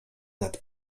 nad